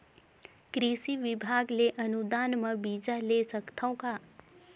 कृषि विभाग ले अनुदान म बीजा ले सकथव का?